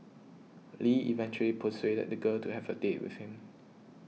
Lee eventually persuaded the girl to have a date with him